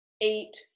eight